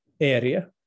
area